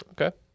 Okay